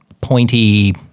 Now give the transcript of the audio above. pointy